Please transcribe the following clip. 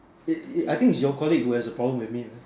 I think is your colleague who has a problem with me man